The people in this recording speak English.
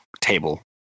table